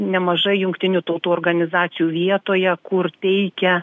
nemažai jungtinių tautų organizacijų vietoje kur teikia